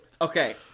Okay